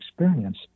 experience